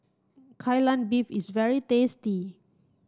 Kai Lan Beef is very tasty